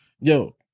Yo